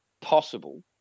possible